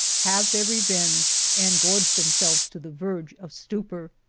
have their revenge and gorge themselves to the verge of stupor.